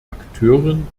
akteuren